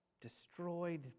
destroyed